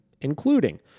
including